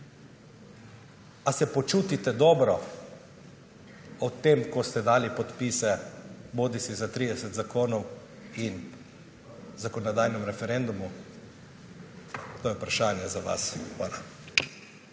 Ali se počutite dobro ob tem, ko ste dali podpise za 30 zakonov in zakonodajni referendum? To je vprašanje za vas.